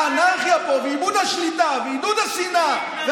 האנרכיה פה ואיבוד השליטה ועידוד השנאה,